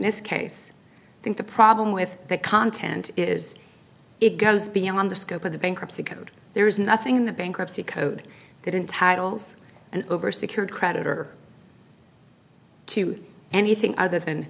this case i think the problem with that content is it goes beyond the scope of the bankruptcy code there is nothing in the bankruptcy code that in titles and over secured credit or to anything other than